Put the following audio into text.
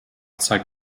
zeigt